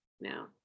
now